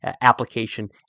application